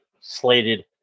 slated